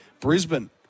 Brisbane